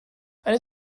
eine